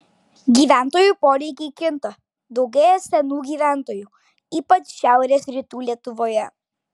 gyventojų poreikiai kinta daugėja senų gyventojų ypač šiaurės rytų lietuvoje